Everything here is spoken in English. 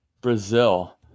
Brazil